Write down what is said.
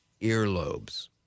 earlobes